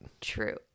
True